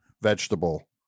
vegetable